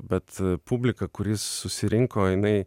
bet publika kuri susirinko jinai